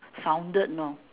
sounded know